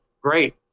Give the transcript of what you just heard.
Great